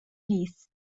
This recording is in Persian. نیست